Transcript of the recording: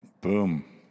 Boom